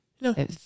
No